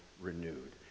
Renewed